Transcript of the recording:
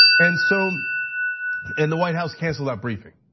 and so in the white house cancel that briefing.